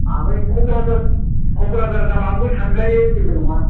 ओमफ्राय क'क्राझार क'क्राझार जानानैबो थांजायो जेबो नङा